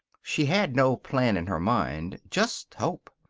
she had no plan in her mind. just hope.